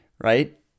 Right